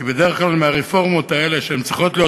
כי בדרך כלל הרפורמות האלה שצריכות להיות